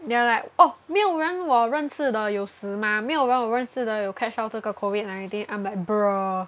they are like oh 没有人我认识的有死吗没有人我认识的有 catch 到这个 COVID nineteen I'm like bruh